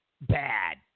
bad